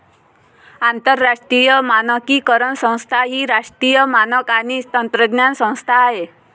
आंतरराष्ट्रीय मानकीकरण संस्था ही राष्ट्रीय मानक आणि तंत्रज्ञान संस्था आहे